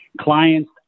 Clients